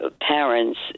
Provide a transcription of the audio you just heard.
parents